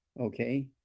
okay